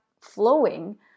flowing